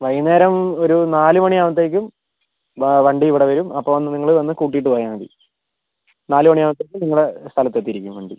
വൈകുന്നേരം ഒരു നാല് മണിയാകുമ്പോഴത്തേക്കും വണ്ടി ഇവിടെ വരും അപ്പോൾ ഒന്ന് നിങ്ങൾ വന്ന് കൂട്ടിയിട്ട് പോയാൽ മതി നാല് മണിയാകുമ്പോഴേക്കും നിങ്ങള സ്ഥലത്ത് എത്തിയിരിക്കും വണ്ടി